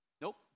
Nope